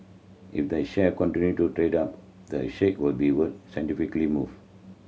if the share continue to trade up the stake will be worth move